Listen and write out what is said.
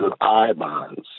I-bonds